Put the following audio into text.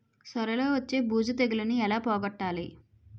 సొర లో వచ్చే బూజు తెగులని ఏల పోగొట్టాలి?